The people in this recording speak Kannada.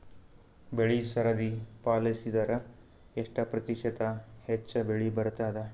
ಬೆಳಿ ಸರದಿ ಪಾಲಸಿದರ ಎಷ್ಟ ಪ್ರತಿಶತ ಹೆಚ್ಚ ಬೆಳಿ ಬರತದ?